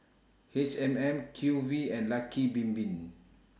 H M M Q V and Lucky Bin Bin